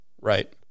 right